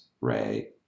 ray